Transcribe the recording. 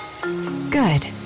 good